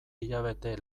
hilabete